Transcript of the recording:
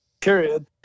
period